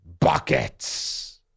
Buckets